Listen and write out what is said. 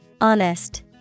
Honest